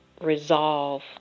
resolve